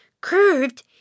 curved